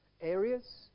areas